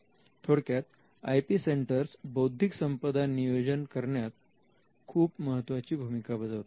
थोडक्यात I P centres बौद्धिक संपदा नियोजन करण्यात खूप महत्त्वाची भूमिका बजावतात